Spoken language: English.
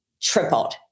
tripled